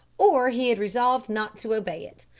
or he had resolved not to obey it,